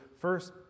first